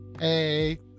Hey